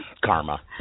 Karma